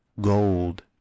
gold